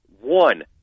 One